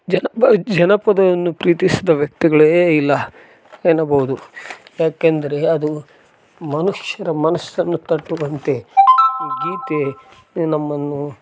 ಜನಪ ಜನಪದವನ್ನು ಪ್ರೀತಿಸದ ವ್ಯಕ್ತಿಗಳೆ ಇಲ್ಲ ಎನ್ನಬೋದು ಯಾಕೆಂದರೆ ಅದು ಮನುಷ್ಯರ ಮನಸ್ಸನ್ನು ತಟ್ಟುವಂತೆ ಗೀತೆ ನಮ್ಮನ್ನು